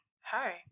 Hi